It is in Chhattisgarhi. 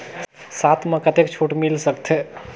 साथ म कतेक छूट मिल सकथे?